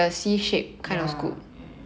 ya